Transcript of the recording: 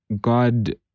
God